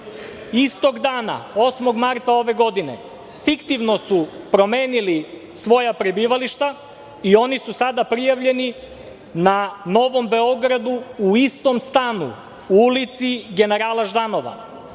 istog dana, 8. marta ove godine, fiktivno su promenili svoja prebivališta i oni su sada prijavljeni na Novom Beogradu u istom stanu, ulica Generala Ždanova.